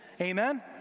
Amen